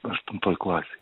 aštuntoj klasėj